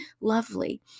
lovely